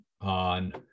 on